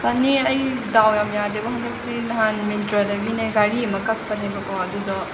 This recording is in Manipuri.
ꯄꯅꯤ ꯑꯩ ꯗꯥꯎ ꯌꯥꯝꯅ ꯌꯥꯗꯦꯕꯣ ꯍꯟꯗꯛꯇꯤ ꯅꯍꯥꯟ ꯃꯤꯟꯇ꯭ꯔꯗꯒꯤꯅꯦ ꯘꯔꯤ ꯑꯃ ꯀꯛꯄꯅꯦꯕꯀꯣ ꯑꯗꯨꯗꯣ